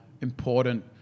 important